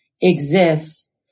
exists